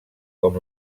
com